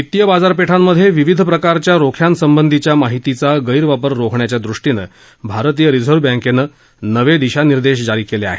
वित्तीय बाजारपेठांमधे विविध प्रकारच्या रोख्यांसंबंधीच्या माहितीचा गैरवापर रोखण्याच्या दृष्टीनं रिझर्व बँकेनं नवीन दिशानिर्देश जारी केले आहेत